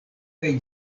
kaj